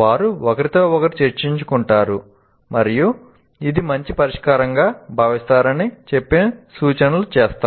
వారు ఒకరితో ఒకరు చర్చించుకుంటారు మరియు ఇది మంచి పరిష్కారంగా భావిస్తారని చెప్పి సూచనలు చేస్తారు